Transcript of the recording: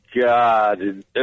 God